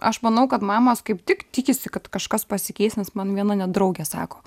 aš manau kad mamos kaip tik tikisi kad kažkas pasikeis nes man viena net draugė sako